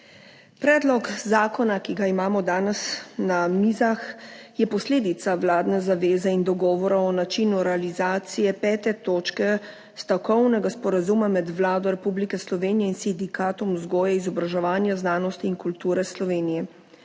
Predlog zakona, ki ga imamo danes na mizah, je posledica vladne zaveze in dogovora o načinu realizacije pete točke stavkovnega sporazuma med Vlado Republike Slovenije in Sindikatom vzgoje, izobraževanja, znanosti in kulture Slovenije.